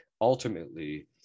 ultimately